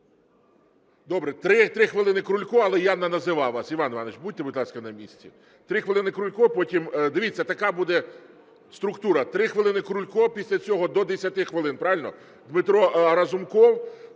Добре. 3 хвилини – Крулько, але я називав вас. Іван Іванович, будьте, будь ласка, на місці. 3 хвилини – Крулько, потім… Дивіться, така буде структура. 3 хвилини – Крулько, після цього до 10 хвилин, правильно, –Дмитро Разумков,